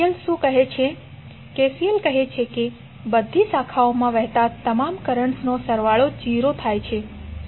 તો KCL કહે છે કે બધી શાખાઓમાં વહેતા તમામ કરન્ટ્સનો સરવાળો 0 થાય છે